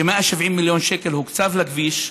זה ש-170 מיליון שקל הוקצבו לכביש,